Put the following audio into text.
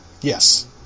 Yes